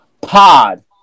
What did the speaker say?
pod